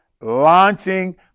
launching